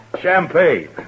Champagne